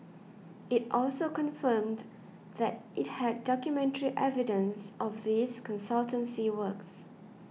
it also confirmed that it had documentary evidence of these consultancy works